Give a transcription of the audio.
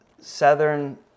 Southern